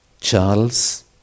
Charles